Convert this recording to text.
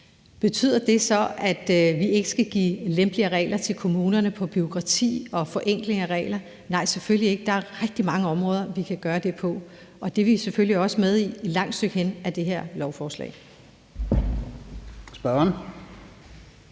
Betyder det så, at vi ikke skal give lempeligere regler til kommunerne i forhold til bureaukrati og forenkling af regler? Nej, selvfølgelig ikke, der er rigtig mange områder, vi kan gøre det på. Det er selvfølgelig også med et langt stykke hen i det her lovforslag. Kl.